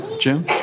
Jim